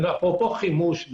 אפרופו חימוש,